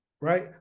right